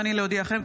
הריני להודיעכם,